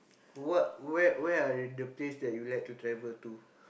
what where where are the place that you like to travel to